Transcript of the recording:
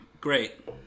Great